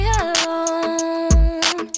alone